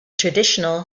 traditional